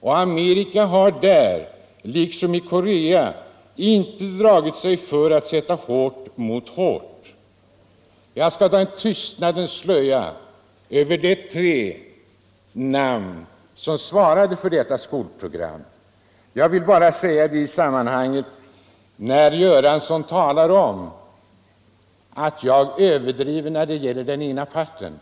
och Amerika har där — liksom i Korea — inte dragit sig för att sätta hårt mot hårt.” Jag skall dra en tystnadens slöja över de tre namn som svarade för detta skolprogram. Jag ville bara nämna detta när herr Göransson talade om att jag överdriver i fråga om den ena parten.